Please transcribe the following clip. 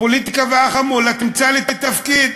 הפוליטיקה והחמולה: תמצא לי תפקיד,